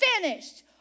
finished